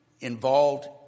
involved